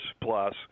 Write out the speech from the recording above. plus